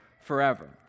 forever